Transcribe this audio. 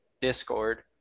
Discord